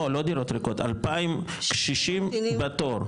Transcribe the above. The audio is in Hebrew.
2,000 קשישים בתור.